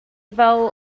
bowl